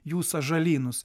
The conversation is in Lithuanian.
jų sąžalynus